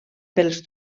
pels